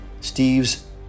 Steve's